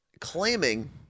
claiming